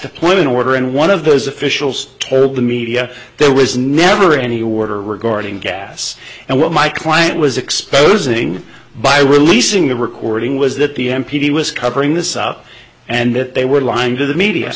in order and one of those officials told the media there was never any order regarding gas and what my client was exposing by releasing the recording was that the m p t was covering this up and that they were lying to the media